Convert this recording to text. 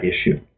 issue